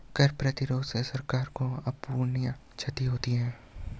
कर प्रतिरोध से सरकार को अपूरणीय क्षति होती है